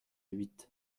huit